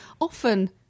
often